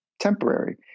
temporary